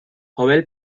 howell